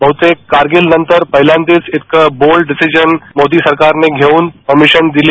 बद्वतेक कारगिल नंतर पहिल्यांदाच इतका बोल्ट डिसिजन मोदी सरकारनी घेऊन परमिशन दिली